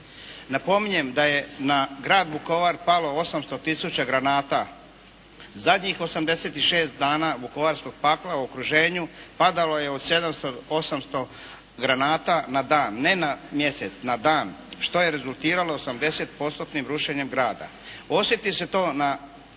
Napominjem da je na Grad Vukovar palo 800000 granata. Zadnjih 86 dana vukovarskog pakla u okruženju padalo je od 700, 800 granata na dan, ne na mjesec, na dan što je rezultiralo 80 postotnim rušenjem grada. Osjeti se to na